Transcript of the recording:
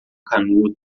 canudo